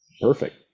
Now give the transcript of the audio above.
Perfect